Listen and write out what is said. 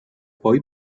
poi